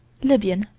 lybian,